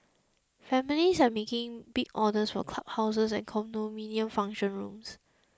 families are making big orders for club houses and condominium function rooms